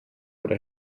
oder